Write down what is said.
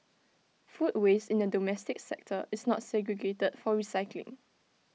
food waste in the domestic sector is not segregated for recycling